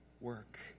work